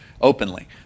openly